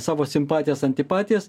savo simpatijas antipatijas